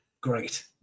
Great